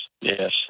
yes